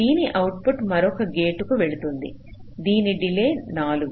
దీని అవుట్పుట్ మరొక గేటుకు వెళుతుంది దీని డిలే 4